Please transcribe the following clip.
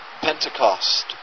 Pentecost